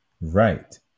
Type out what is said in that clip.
right